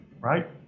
right